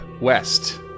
west